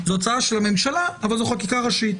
זו הוצאה של הממשלה, אבל חקיקה ראשית.